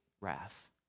wrath